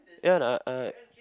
ya I I